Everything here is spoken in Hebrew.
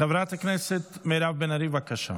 חברת הכנסת מירב בן ארי, בבקשה.